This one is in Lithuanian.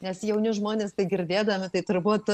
nes jauni žmonės tai girdėdami tai turbūt